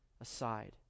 aside